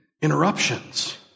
interruptions